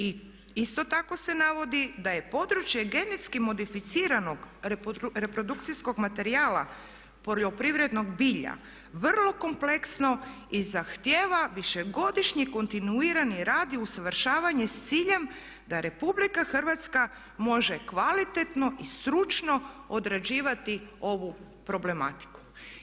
I isto tako se navodi da je područje genetski modificiranog reprodukcijskog materijala poljoprivrednog bilja vrlo kompleksno i zahtijeva višegodišnji kontinuirani rad i usavršavanje sa ciljem da Republika Hrvatska može kvalitetno i stručno odrađivati ovu problematiku.